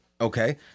okay